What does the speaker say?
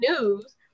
news